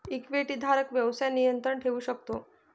इक्विटीधारक व्यवसायावर नियंत्रण ठेवू शकतो